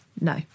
no